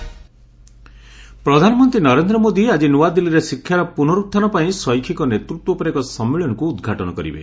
PM conference ପ୍ରଧାନମନ୍ତ୍ରୀ ନରେନ୍ଦ୍ର ମୋଦି ଆଜି ନୂଆଦିଲ୍ଲୀରେ ଶିକ୍ଷାର ପୁନରୁଝାପନପାଇଁ ଶୈକ୍ଷିକ ନେତୃତ୍ୱ ଉପରେ ଏକ ସମ୍ମିଳନୀକୁ ଉଦ୍ଘାଟନ କରିବେ